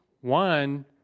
one